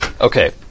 Okay